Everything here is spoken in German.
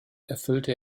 erfüllte